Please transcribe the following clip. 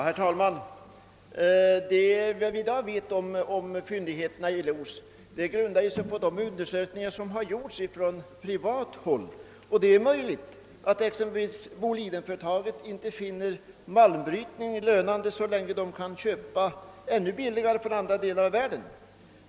Herr talman! Det vi i dag vet om fyndigheterna i Los grundar sig på de undersökningar som gjorts på privat håll. Det är möjligt att exempelvis bolidenföretaget inte finner malmbrytningen lönande så länge man kan köpa malm billigare från andra delar av världen.